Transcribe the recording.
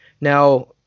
now